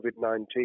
COVID-19